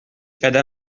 qiegħda